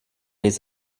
les